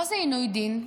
מה זה עינוי דין?